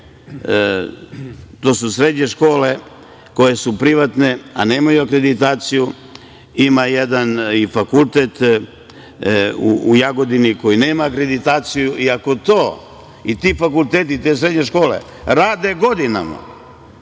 srednje škole, koje su privatne, a nemaju akreditaciju. Ima jedan i fakultet u Jagodini koji nema akreditaciju i ako ti fakulteti i srednje škole rade godinama